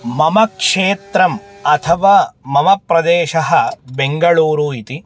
मम क्षेत्रम् अथवा मम प्रदेशः बेङ्गळूरु इति